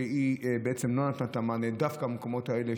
והיא לא נתנה את המענה דווקא במקומות האלה,